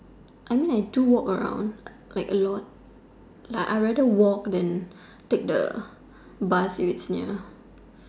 I mean I do walk around a lot like I'd rather walk than take the bus which is near